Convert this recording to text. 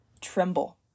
tremble